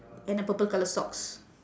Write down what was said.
and a purple colour socks